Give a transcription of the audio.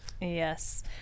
Yes